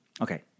Okay